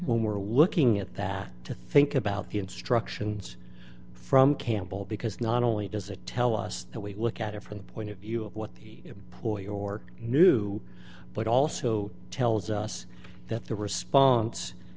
when we're looking at that to think about the instructions from campbell because not only does it tell us that we look at it from the point of view of what the employee or knew but also tells us that the response